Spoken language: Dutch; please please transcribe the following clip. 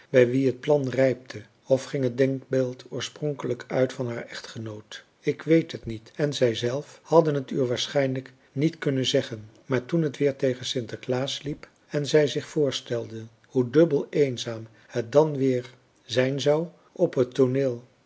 wie het plan rijpte of ging het denkbeeld oorspronkelijk uit van haar echtgenoot ik weet het niet en zij zelf hadden het u waarschijnlijk niet kunnen zeggen maar toen het weer tegen sinterklaas liep en zij zich voorstelden hoe dubbel eenzaam het dan weer zijn françois haverschmidt familie en kennissen zou op het tooneel